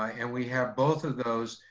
and we have both of those,